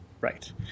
Right